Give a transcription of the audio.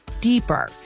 deeper